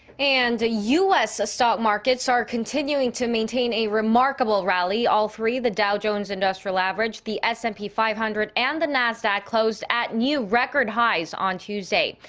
and u s. stock markets are continuing to maintain a remarkable rally. all three the dow jones industrial average, the s and p five hundred and the nasdaq closed at new record highs on tuesday.